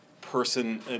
person